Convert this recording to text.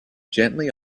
gently